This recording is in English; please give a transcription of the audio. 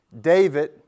David